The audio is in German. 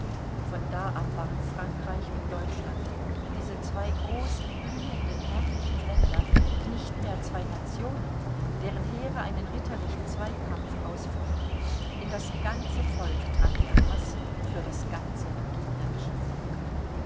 von da ab waren frankreich und deutschland diese zwei großen blühenden herrlichen länder nicht mehr zwei nationen deren heere einen ritterlichen zweikampf ausfochten in das ganze volk drang der haß für das ganze gegnerische volk